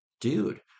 dude